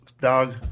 dog